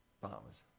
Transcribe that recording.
bahamas